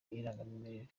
irangamimerere